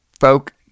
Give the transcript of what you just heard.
folk